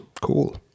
cool